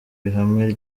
ihame